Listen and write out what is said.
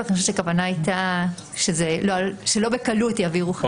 הכוונה הייתה שלא בקלות יעבירו.